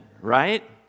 right